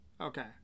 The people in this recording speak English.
Okay